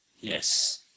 Yes